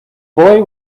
boy